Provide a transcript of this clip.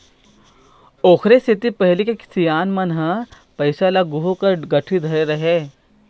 ओखरे सेती पहिली के सियान मन ह पइसा मन ल गुहूँ कस गठरी धरे रहय